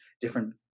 different